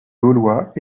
gaulois